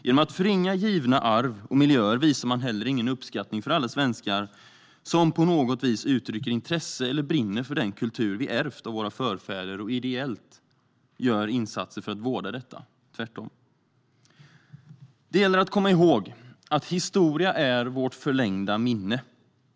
Genom att förringa givna arv och miljöer visar man heller ingen uppskattning för alla svenskar som på något vis uttrycker intresse för eller brinner för den kultur vi ärvt av våra förfäder och som ideellt gör insatser för att vårda detta - tvärtom. Det gäller att komma ihåg att historia är vårt förlängda minne.